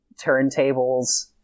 turntables